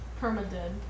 Perma-dead